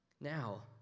Now